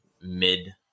mid